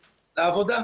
לעבודה.